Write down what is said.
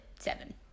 seven